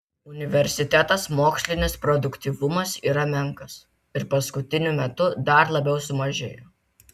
universitetas mokslinis produktyvumas yra menkas ir paskutiniu metu dar labiau sumažėjo